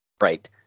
right